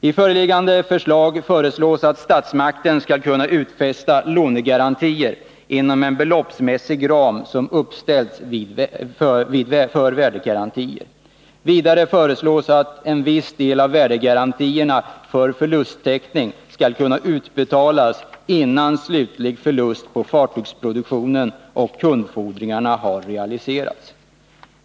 I föreliggande förslag föreslås att statsmakten skall kunna lämna lånegarantier inom en beloppsmässig ram som uppställts för värdegarantier. Vidare föreslås att en viss del av värdegarantierna för förlusttäckning skall kunna utbetalas innan slutlig förlust på fartygsproduktionen och kundfordringarna har realiserats.